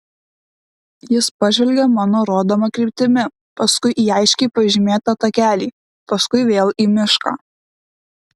jis pažvelgė mano rodoma kryptimi paskui į aiškiai pažymėtą takelį paskui vėl į mišką